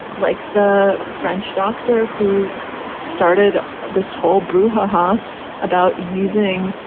like the french doctor who started this whole brouhaha about using,